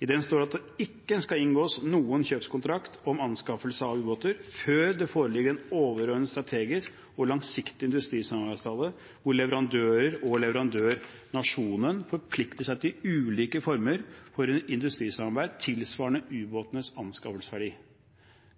I den står det at det ikke skal inngås noen kjøpskontrakt på anskaffelse av ubåter før det foreligger en overordnet strategisk og langsiktig industrisamarbeidsavtale hvor leverandøren og leverandørnasjonen forplikter seg til ulike former for industrisamarbeid tilsvarende ubåtenes anskaffelsesverdi.